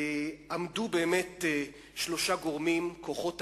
עמדו באמת שלושה גורמים, כוחות האור: